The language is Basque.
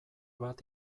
bat